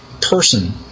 person